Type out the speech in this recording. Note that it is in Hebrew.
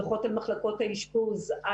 דוחות על מחלקות האשפוז,